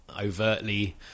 overtly